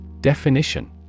Definition